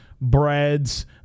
breads